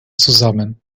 zusammen